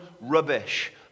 rubbish